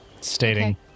Stating